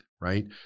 right